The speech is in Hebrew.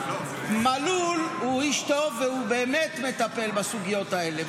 מלול הוא איש טוב והוא באמת מטפל בסוגיות האלה,